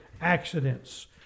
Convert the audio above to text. accidents